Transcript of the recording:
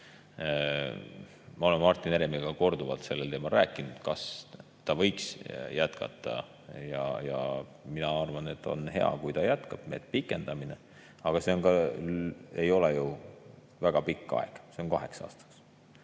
Ma olen Martin Heremiga korduvalt sellel teemal rääkinud, kas ta võiks jätkata, ja mina arvan, et on hea, kui ta jätkab, nii et [tuleks] pikendamine. Aga see ei ole ju väga pikk aeg, see on kaheks aastaks.